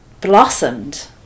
blossomed